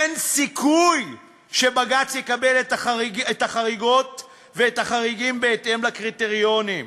אין סיכוי שבג"ץ יקבל את החריגות ואת החריגים בהתאם לקריטריונים.